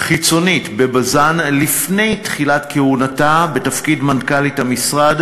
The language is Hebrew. חיצונית ב"בזן" לפני תחילת כהונתה בתפקיד מנכ"לית המשרד,